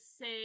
say